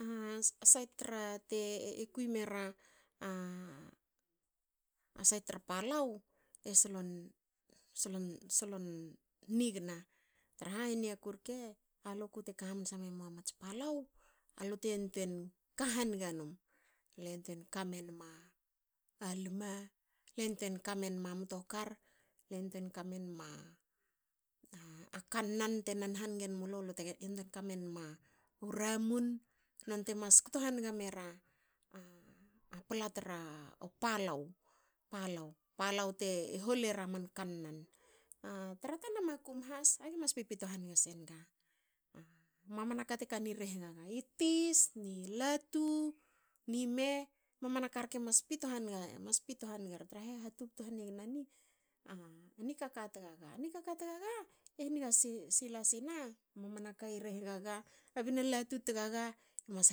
A sait tra te kui mera a sait tra palau e solon. solon solon nigna. traha i niaku rke alu ku hamansa teka memoa ats palau. alu te yantuein ka hange num. Le yantuein kamenma a lma. le yantuein kamenma mtokar. le yantuein kamenma kannan te nan hange mulu le tege. le te kamenma u ramun. non te mas kto hange mera pla tra u palau. palau. palau te hol era man kannan. A tra tana makum has age mas pipito hange senga mamana ka te kani rehna i tis. i latu ni me. mamana ka rke mas pito hange. mas pito hange eri traha e hatubtu hanigna a nikaka tagaga, a nikaka tagaga e nge sila sina. mamana ka i rehgaga, a binlatu tagaga emas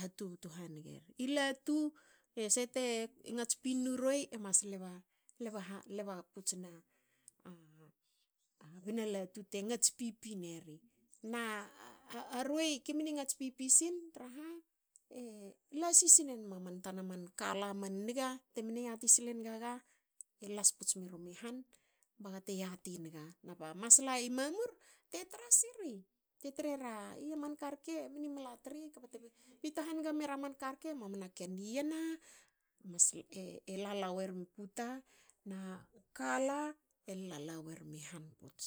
hatubtu hange eri i latu. ese te ngats pin nu ruei. e mas lba, e mas lba puts na bna latu te ngats pipineri. na ruei kimni ngats pipi sin traha e lasi sinenma man tana man kala niga te mne yati silne ngaga, e las puts merumi han baga te yati nga na ba masla i mamur te tra siri bte trera aman ka rke mni mala tri kba te pito hange mera manka rke mamna ken yena e lala wermi puta na u kala e lala wermi han puts.